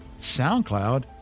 SoundCloud